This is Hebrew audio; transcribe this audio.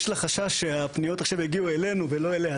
יש לה חשש שהפניות עכשיו יגיעו אלינו ולא אליה.